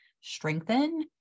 strengthen